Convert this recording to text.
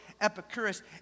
Epicurus